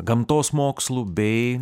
gamtos mokslų bei